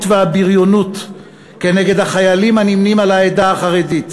והבריונות כנגד החיילים הנמנים עם העדה החרדית.